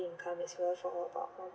income as well for about one